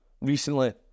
recently